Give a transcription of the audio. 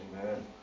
Amen